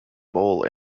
bowl